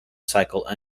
cycle